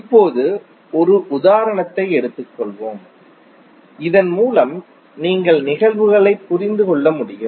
இப்போது ஒரு உதாரணத்தை எடுத்துக் கொள்வோம் இதன் மூலம் நீங்கள் நிகழ்வுகளைப் புரிந்து கொள்ள முடியும்